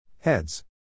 Heads